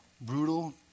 brutal